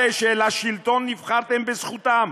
הרי לשלטון נבחרתם בזכותם,